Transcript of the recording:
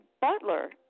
Butler